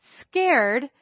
scared